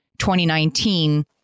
2019